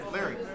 Larry